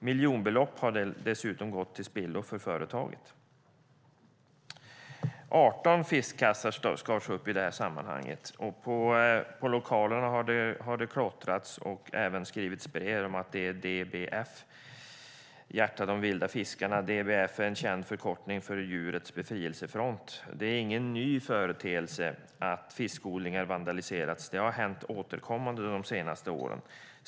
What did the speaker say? Miljonbelopp har dessutom gått till spillo för företaget. Det var 18 fiskkassar som skars upp i sammanhanget. På lokalerna har det klottrats, och det har även skrivits brev om att det är DBF hjärta de vilda fiskarna. DBF är en känd förkortning för Djurens befrielsefront. Det är ingen ny företeelse att fiskodlingar vandaliseras. Det har hänt återkommande de senaste åren.